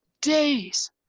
days